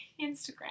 Instagram